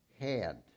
hand